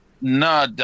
no